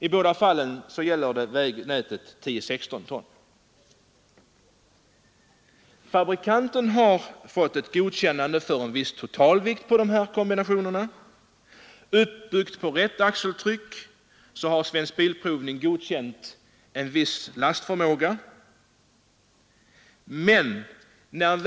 I båda fallen gäller detta 10/16-tonsvägnätet. Fabrikanten har fått dessa kombinationer godkända för en viss totalvikt. Svensk bilprovning har fastslagit en viss lastförmåga baserad på rätt axeltryck.